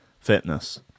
fitness